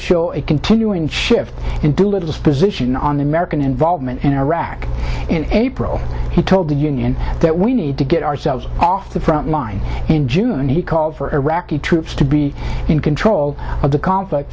show a continuing shift in doolittle's position on american involvement in iraq in april he told the union that we need to get ourselves off the frontline in june he called for iraqi troops to be in control of the conflict